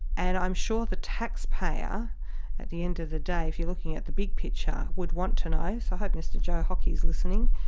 and i'm sure the taxpayer at the end of the day, if you are looking at the big picture would want to know, so i hope mr joe hockey is listening,